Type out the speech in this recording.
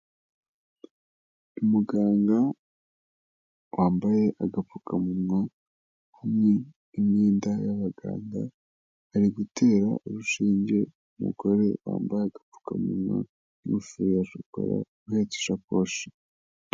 Umuganga wambaye agapfukamunwa hamwe imyenda y'abaganga, ari gutera urushinge umugore wambaye agapfukamunwa n'ingofero ya shokora uhetse ishakoshi.